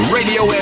Radio